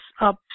up